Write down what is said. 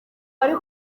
wari